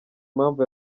mpamvu